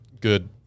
good